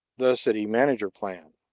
the city manager plan.